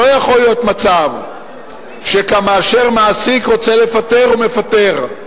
לא יכול להיות מצב שכאשר מעסיק רוצה לפטר הוא מפטר,